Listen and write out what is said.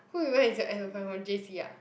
who even is your ex boyfriend from j_c ah